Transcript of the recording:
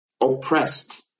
oppressed